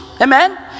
Amen